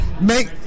Make